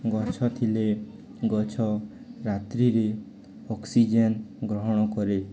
ଗଛ ଥିଲେ ଗଛ ରାତ୍ରିରେ ଅକ୍ସିଜେନ୍ ଗ୍ରହଣ କରେ